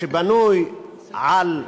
שבנוי על,